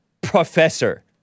professor